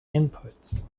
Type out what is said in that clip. inputs